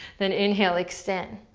then inhale, extend.